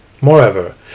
Moreover